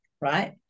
Right